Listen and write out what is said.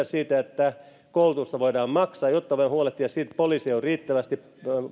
siitä että koulutusta voidaan maksaa jotta voimme huolehtia siitä että poliiseja on riittävästi